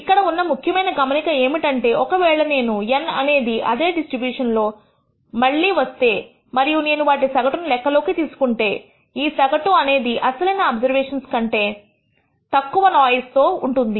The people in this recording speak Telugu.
ఇక్కడ ఉన్న ముఖ్యమైన గమనిక ఏమిటంటే ఒకవేళ నేను N అనేది అదే డిస్ట్రిబ్యూషన్ లో మళ్లీ వస్తే మరియు నేను వాటి సగటును లెక్కలోకి తీసుకుంటే ఈ సగటు అనేది అసలైన అబ్జర్వేషన్స్ కంటే తక్కువ నోఇసీగా ఉంటుంది